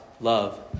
love